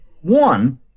One